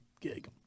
gig